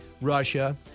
Russia